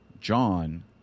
John